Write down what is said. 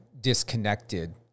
disconnected